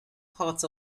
hearts